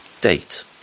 Date